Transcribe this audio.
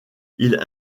ils